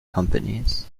companies